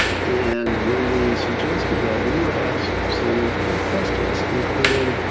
and when we suggested that, we were asked some tough questions. including,